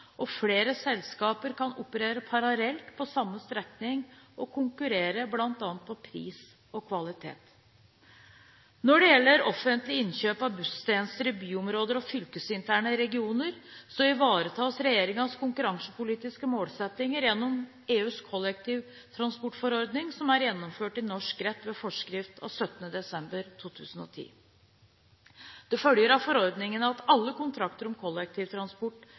og flere selskaper kan operere parallelt på samme strekning og konkurrere bl.a. på pris og kvalitet. Når det gjelder offentlige innkjøp av busstjenester i byområder og fylkesinterne regioner, ivaretas regjeringens konkurransepolitiske målsettinger gjennom EUs kollektivtransportforordning, som er gjennomført i norsk rett ved forskrift av 17. desember 2010. Det følger av forordningen at alle kontrakter om